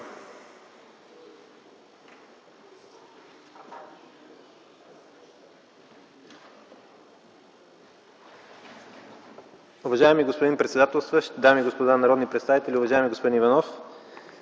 Уважаема госпожо председател, дами и господа народни представители, уважаеми господин Иванов!